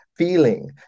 feeling